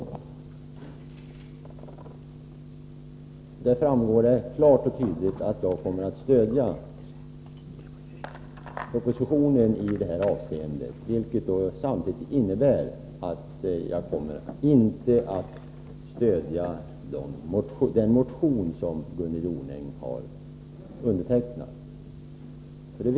Av dem framgår det klart och tydligt att jag kommer att stödja propositionen i det här avseendet, vilket innebär att jag inte kommer att stödja den motion som Gunnel Jonäng har undertecknat.